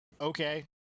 Okay